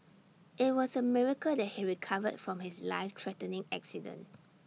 IT was A miracle that he recovered from his life threatening accident